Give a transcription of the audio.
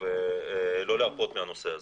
ולא להרפות מהנושא הזה.